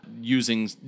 using